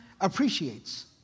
appreciates